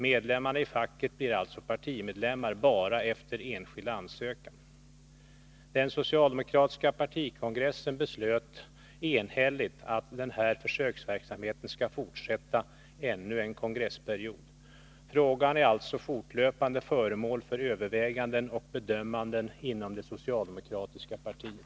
Medlemmarna i facket blir alltså partimedlemmar bara efter enskild ansökan. Den socialdemokratiska partikongressen beslöt enhälligt att denna försöksverksamhet skall fortsätta ännu en kongressperiod. Frågan är alltså fortlöpande föremål för överväganden och bedömningar inom det socialdemokratiska partiet.